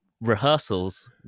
rehearsals